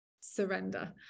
surrender